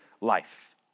life